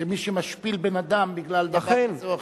שמי שמשפיל בן-אדם בגלל דבר כזה או אחר,